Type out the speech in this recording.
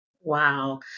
Wow